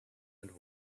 and